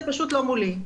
זה פשוט לא מולי.